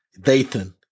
Dathan